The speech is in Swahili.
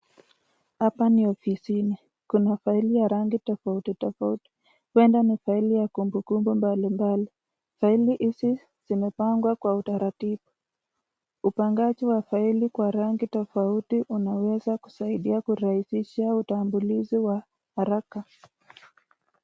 Hapa ni ofisini. Kuna faili ya rangi tofauti tofauti. Huenda ni faili ya kumbukumbu mbali mbali. Faili hizi zimepangwa kwa utaratibu. Upangaji wa faili kwa rangi tofauti unaweza kusaidia kurahisisha utambulizi wa haraka.